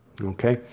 okay